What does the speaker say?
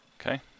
Okay